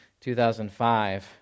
2005